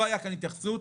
לא הייתה כאן התייחסות